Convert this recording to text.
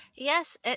Yes